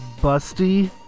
Busty